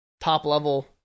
top-level